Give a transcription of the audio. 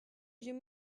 you